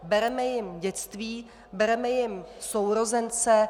Bere jim dětství, bereme jim sourozence.